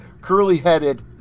Curly-headed